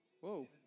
Whoa